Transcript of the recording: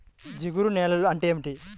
జిగురు నేలలు అంటే ఏమిటీ?